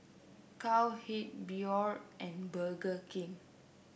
Cowhead Biore and Burger King